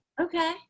Okay